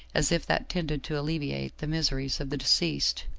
as if that tended to alleviate the miseries of the deceased.